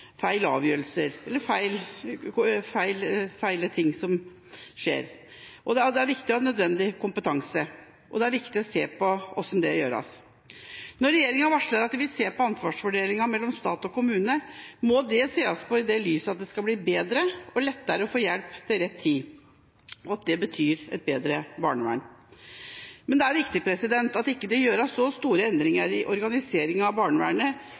feil avgjørelser tas, eller at feil ikke skjer. Da er det viktig å ha nødvendig kompetanse, og det er viktig å se på hvordan det kan gjøres. Når regjeringa varsler at den vil se på ansvarsfordelinga mellom stat og kommune, må det ses i lys av at det skal bli bedre og lettere å få hjelp til rett tid, og at det betyr et bedre barnevern. Men det er viktig at det ikke gjøres store endringer i organiseringa av barnevernet